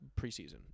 preseason